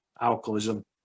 alcoholism